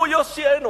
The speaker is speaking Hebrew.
הוא יושיענו,